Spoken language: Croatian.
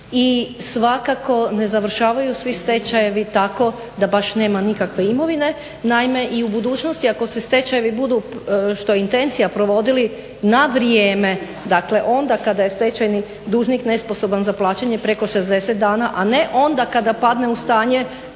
i svakako ne završavaju svi stečajevi tako da baš nema nikakve imovine. Naime i u budućnosti ako se stečajevi budu, što je intencija provodili na vrijeme, dakle onda kada je stečajni dužnik nesposoban za plaćanje preko 60 dana, a ne onda kada padne u stanje